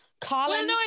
Colin